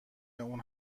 اون